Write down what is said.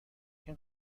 این